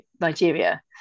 Nigeria